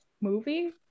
movie